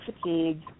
fatigue